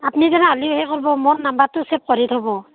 আপুনি তেনেহ'লে হেৰি কৰিব মোৰ নাম্বাৰটো ছে'ভ কৰি থ'ব